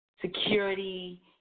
security